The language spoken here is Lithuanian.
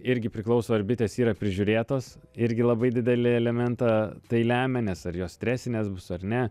irgi priklauso ar bitės yra prižiūrėtos irgi labai didelį elementą tai lemia nes ar jos stresinės bus ar ne